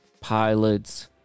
pilot's